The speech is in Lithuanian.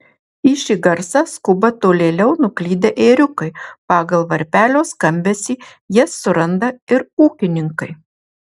į šį garsą skuba tolėliau nuklydę ėriukai pagal varpelio skambesį jas suranda ir ūkininkai